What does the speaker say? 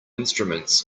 instruments